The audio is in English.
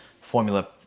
formula